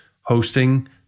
hosting